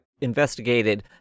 investigated